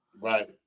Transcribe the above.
Right